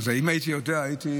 אם הייתי יודע, הייתי